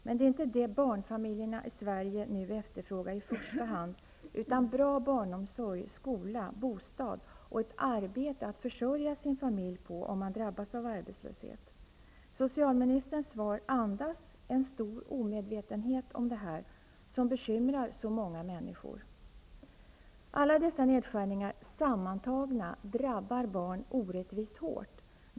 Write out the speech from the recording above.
Men det är inte det barnfamiljerna i Sverige nu efterfrågar i första hand, utan bra barnomsorg, skola, bostad, och ett arbete att försörja familjen på om man drabbas av arbetslöshet. Socialministerns svar andas en stor omedvetenhet om det här som bekymrar så många människor. Alla dessa nedskärningar sammantagna drabbar barn orättvist hårt.